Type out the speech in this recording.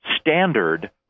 standard